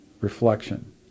reflection